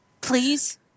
Please